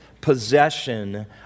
possession